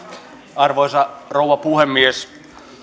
arvoisa rouva puhemies